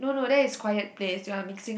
no no that is quiet place you're mixing up